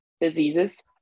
diseases